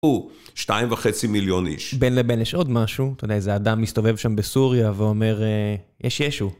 הוא שתיים וחצי מיליון איש. בין לבין יש עוד משהו, אתה יודע, איזה אדם מסתובב שם בסוריה ואומר, יש ישו.